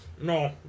No